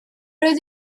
oedd